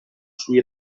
sui